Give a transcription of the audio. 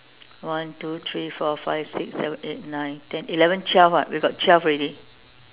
one two three four five six seven eight nine ten eleven twelve [what] we got twelve already